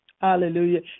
Hallelujah